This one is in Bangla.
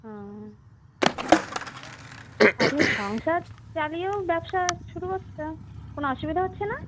ও আপনি সংসার চালিয়েও ব্যবসা শুরু করছেন কোনো অসুবিধা হচ্ছে না